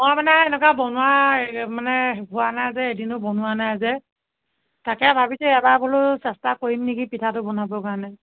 মই মানে এনেকুৱা বনোৱা মানে হোৱা নাই যে এদিনো বনোৱা নাই যে তাকে ভাৱিছোঁ এবাৰ বোলো চেষ্টা কৰিম নেকি পিঠাটো বনাবৰ কাৰণে